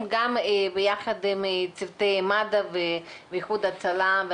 מנהל אגף מבצעים באיחוד הצלה.